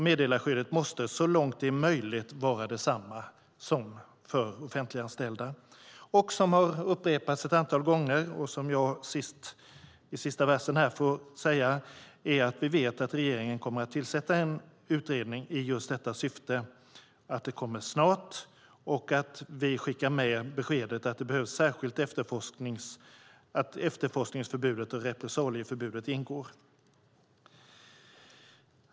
Meddelarskyddet måste, så långt det är möjligt, vara detsamma som för offentliganställda. Det har upprepats ett antal gånger, och jag säger det nu i sista versen: Vi vet att regeringen kommer att tillsätta en utredning i just detta syfte och att den kommer snart. Vi skickar med beskedet att efterforskningsförbudet och repressalieförbudet ska ingå.